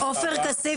עופר כסיף,